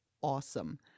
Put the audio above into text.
Awesome